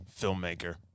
filmmaker